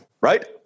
right